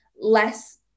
less